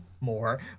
more